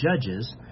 Judges